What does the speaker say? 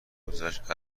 گذشت